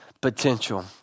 potential